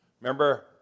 Remember